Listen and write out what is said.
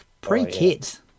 pre-kids